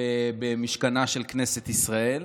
במשכנה של כנסת ישראל.